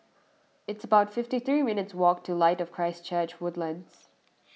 it's about fifty three minutes' walk to Light of Christ Church Woodlands